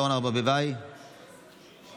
אני ביקשתי להתנגד בנושא הדיור הציבורי מהסיבה הפשוטה,